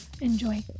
Enjoy